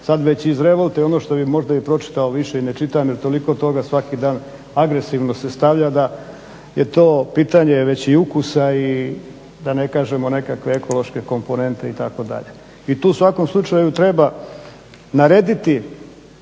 Sad već i iz revolta ono što bi možda i pročitao više i ne čitam jer toliko toga svaki dan agresivno se stavlja da je to pitanje već i ukusa i da ne kažemo nekakve ekološke komponente itd. I tu u svakom slučaju treba narediti